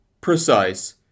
precise